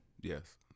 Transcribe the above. Yes